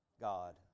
God